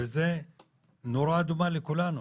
זו נורה אדומה לכולנו,